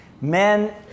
Men